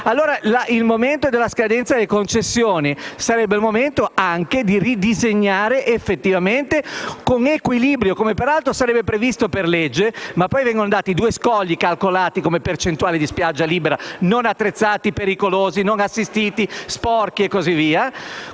il momento della scadenza delle concessioni sarebbe anche il momento di ridisegnare effettivamente il sistema, con equilibrio, come peraltro previsto per legge, senza che vengano dati due scogli come percentuale di spiaggia libera, non attrezzati, pericolosi, non assistiti, sporchi e così via.